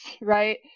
right